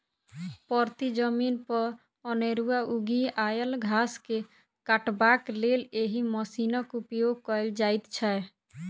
परती जमीन पर अनेरूआ उगि आयल घास के काटबाक लेल एहि मशीनक उपयोग कयल जाइत छै